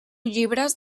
llibres